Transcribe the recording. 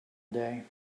day